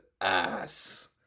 ass